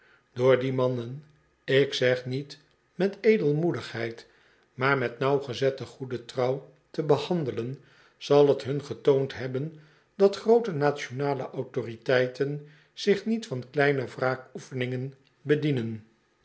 door die mannen ik zeg niet met edelmoedigheid maar met nauwgezette goede trouw te behandelen zal t hun getoond hebben dat groote nationale autoriteiten zich niet van kleine wraakoefeningen bedienen